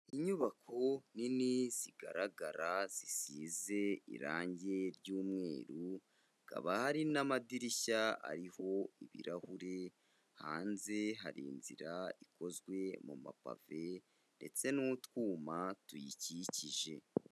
Inyubako nini zigaragara zisize irangi ry'mweru hakaba hari n'amadirishya ariho ibirahuri hanze hari inzira ikozwe mumapave ndetse n'utwuma tuyikikije.